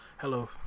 Hello